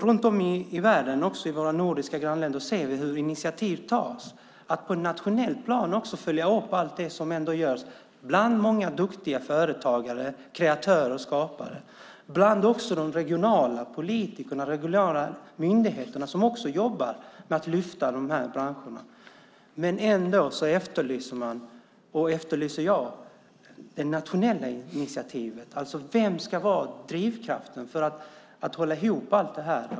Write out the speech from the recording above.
Runt om i världen, också i våra nordiska grannländer, ser vi hur initiativ tas för att på det nationella planet följa upp allt det som görs av många duktiga företagare, kreatörer och skapare samt de regionala politiker och myndigheter som också jobbar med att lyfta de här branscherna. Jag efterlyser det nationella initiativet. Vad ska vara drivkraften som ska hålla ihop allt detta?